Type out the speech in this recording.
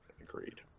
agreed